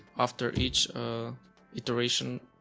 after each iteration